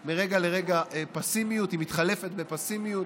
מרגע לרגע פסימיות, היא מתחלפת בפסימיות,